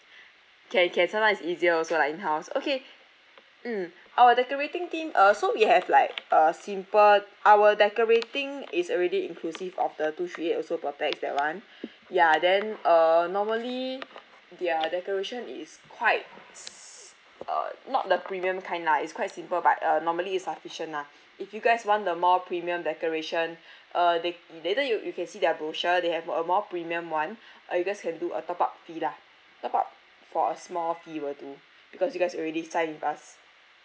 can can some more is easier also lah in house okay mm our decorating team uh so we have like uh simple our decorating is already inclusive of the two three eight also per pax that [one] ya then uh normally their decoration is quite s~ uh not the premium kind lah is quite simple but uh normally is sufficient lah if you guys want a more premium decoration uh they later you you can see their brochure they have a more premium [one] uh you guys can do uh top up fee lah top up for a small fee will do because you guys already signed with us